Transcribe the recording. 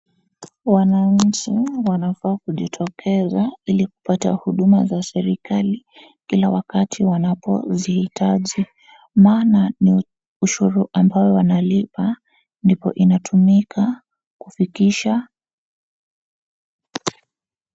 Wananchi wanafa kujitokeza ili kupata huduma za serikali kila wakati wanapo zihitaji. Maana , ni ushuru ambayo wanalipa ndipo inatumika kufikisha.